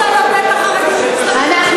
את רוצה לעודד את החרדים להצטרף לתקשורת,